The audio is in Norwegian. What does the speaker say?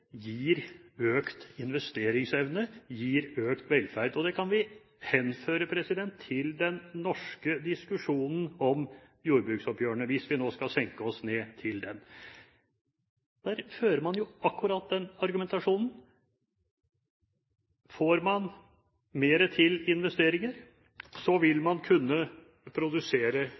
gir økt investeringsevne og økt velferd. Det kan vi henføre til den norske diskusjonen om jordbruksoppgjørene, hvis vi nå skal senke oss ned til den. Der fører man jo akkurat den argumentasjonen. Får man mer til investeringer, vil man kunne produsere